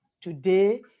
today